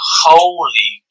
holy